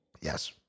Yes